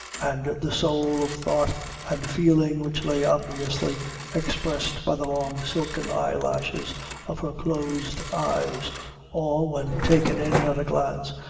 and the soul of thought and feeling which lay obviously expressed by the long silken eye-lashes of her closed eyes all, when taken in at a glance,